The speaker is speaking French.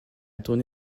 tourné